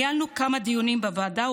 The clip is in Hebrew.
ניהלנו כמה דיונים בוועדה,